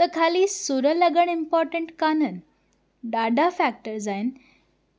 त ख़ाली सुर लॻणु इम्पोटेंट कान्हनि ॾाढा फैक्टर्स आहिनि